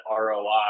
ROI